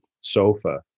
sofa